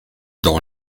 dans